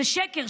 זה שקר.